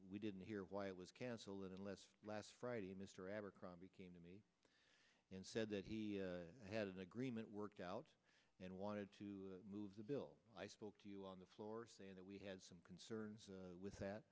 we didn't hear why it was canceled unless last friday mr abercrombie came to me and said that he had an agreement worked out and wanted to move the bill i spoke to you on the floor saying that we had some concerns with that